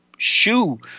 shoe